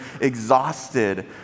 exhausted